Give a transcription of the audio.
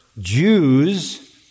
Jews